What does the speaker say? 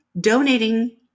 Donating